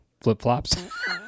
flip-flops